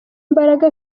imbaraga